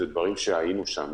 היינו שם,